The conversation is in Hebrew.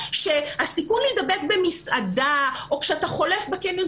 שהסיכון להידבק במסעדה או כאתה חולף בקניון,